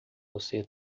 você